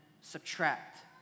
subtract